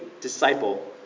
disciple